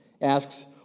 asks